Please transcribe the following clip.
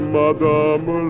madame